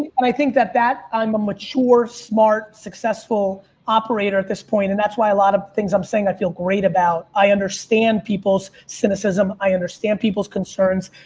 and i think that that i'm a mature, smart, successful operator at this point. and that's why a lot of the things i'm saying i feel great about, i understand people's cynicism. i understand people's concerns.